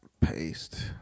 Paste